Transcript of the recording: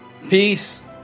Peace